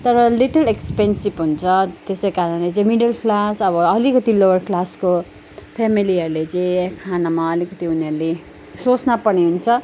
तर little expensive हुन्छ त्यसै कारणले चाहिँ मिडल क्लास अब अलिकति लोवर क्लासको फेमेलीहरूले चाहिँ खानमा अलिकति उनीहरूले सोच्नपर्ने हुन्छ